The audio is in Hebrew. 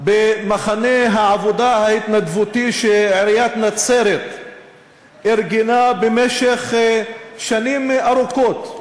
במחנה העבודה ההתנדבותי שעיריית נצרת ארגנה במשך שנים ארוכות.